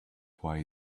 why